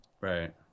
right